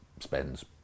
spends